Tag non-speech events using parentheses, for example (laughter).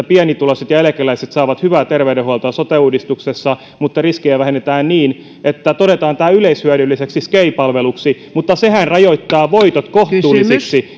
(unintelligible) pienituloiset ja eläkeläiset saavat hyvää terveydenhuoltoa sote uudistuksessa mutta riskejä vähennetään niin että todetaan tämä yleishyödylliseksi sgei palveluksi mutta sehän rajoittaa voitot kohtuullisiksi (unintelligible)